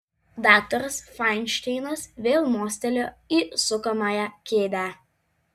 daktaras fainšteinas vėl mostelėjo į sukamąją kėdę